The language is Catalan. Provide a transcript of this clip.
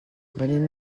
venim